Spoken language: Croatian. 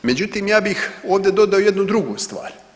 Međutim, ja bih ovdje dodao jednu drugu stvar.